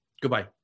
goodbye